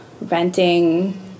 renting